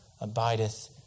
abideth